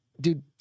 Dude